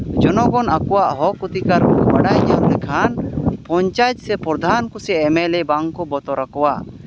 ᱡᱚᱱᱚᱜᱚᱱ ᱟᱠᱚᱣᱟᱜ ᱦᱚᱸᱠ ᱚᱫᱷᱤᱠᱟᱨ ᱠᱚ ᱵᱟᱲᱟᱭ ᱵᱟᱲᱟᱭ ᱧᱟᱢ ᱞᱮᱠᱷᱟᱱ ᱯᱚᱧᱪᱟᱭᱮᱛ ᱥᱮ ᱯᱨᱚᱫᱷᱟᱱ ᱠᱚᱥᱮ ᱮᱢ ᱮᱹᱞ ᱮᱹ ᱵᱟᱝᱠᱚ ᱵᱚᱛᱚᱨ ᱟᱠᱚᱣᱟ